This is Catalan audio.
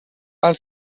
pel